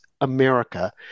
America